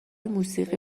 موسیقی